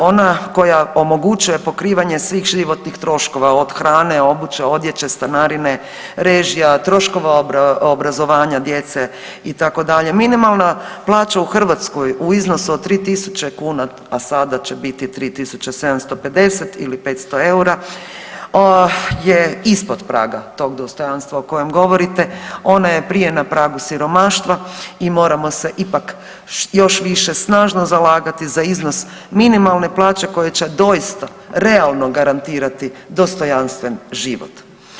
Ona koja omogućuje pokrivanje svih životnih troškova, od hrane, obuće, odjeće, stanarine, režija, troškova obrazovanja djece, itd., minimalna plaća u Hrvatskoj u iznosu od 3000 kuna, a sada će biti 3750 ili 500 eura je ispod praga tog dostojanstva o kojem govorite, ona je prije na pragu siromaštva i moram se ipak još više snažno zalagati za iznos minimalne plaće koji će doista realno garantirati dostojanstven život.